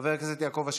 חבר הכנסת יעקב אשר,